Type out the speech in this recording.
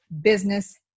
business